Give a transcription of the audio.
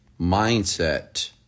Mindset